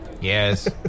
Yes